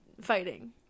fighting